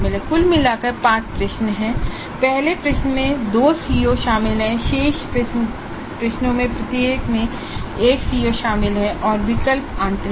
कुल मिलाकर पाँच प्रश्न हैं पहले प्रश्न में दो सीओ शामिल हैं शेष प्रश्नों में प्रत्येक में एक CO शामिल है और विकल्प आंतरिक है